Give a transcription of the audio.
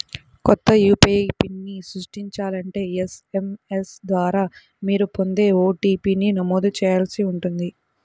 కొత్త యూ.పీ.ఐ పిన్ని సృష్టించాలంటే ఎస్.ఎం.ఎస్ ద్వారా మీరు పొందే ఓ.టీ.పీ ని నమోదు చేయాల్సి ఉంటుంది